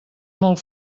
molt